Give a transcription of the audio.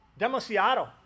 demasiado